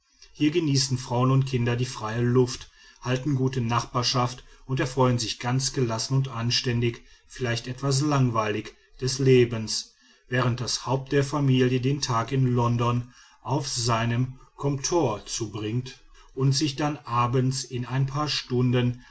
hier genießen frauen und kinder die freie luft halten gute nachbarschaft und erfreuen sich ganz gelassen und anständig vielleicht etwas langweilig des lebens während das haupt der familie den tag in london auf seinem comptoir zubringt und sich dann abends in ein paar stunden